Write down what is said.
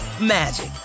magic